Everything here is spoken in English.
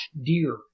deer